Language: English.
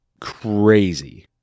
crazy